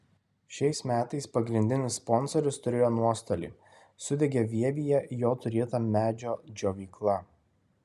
šiais metais pagrindinis sponsorius turėjo nuostolį sudegė vievyje jo turėta medžio džiovykla